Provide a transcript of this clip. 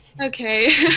okay